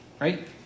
right